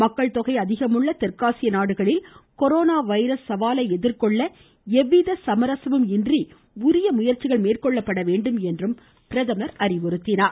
மக்கள்தொகை அதிகமுள்ள தெற்காசிய நாடுகளில் கொரோனா வைரஸ் தொற்றை எதிர்கொள்ள எவ்வித சமரசமும் இன்றி உரிய முயற்சிகள் மேற்கொள்ளப்பட வேண்டும் என்று அவர் கேட்டுக்கொண்டார்